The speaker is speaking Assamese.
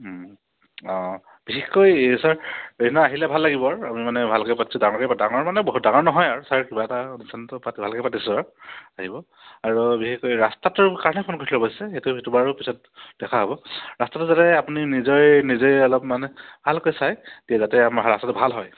অঁ বিশেষকৈ ছাৰ সেইদিনা আহিলে ভাল লাগিব আমি মানে ভালকৈ পাতিছোঁ ডাঙৰকৈয়ে ডাঙৰ মানে বহুত ডাঙৰ নহয় আৰু ছাৰ কিবা এটা অনুষ্ঠানটো পাতি ভালকৈ পাতিছোঁ আৰু আহিব আৰু বিশেষকৈ ৰাস্তাটোৰ কাৰণে ফোন কৰিছিলোঁ অৱশ্যে সেইটো সেইটো বাৰু পিছত দেখা হ'ব ৰাস্তাটো যাতে আপুনি নিজে নিজে অলপ মানে ভালকৈ চাই দিয়ে যাতে আমাৰ ৰাস্তাটো ভাল হয়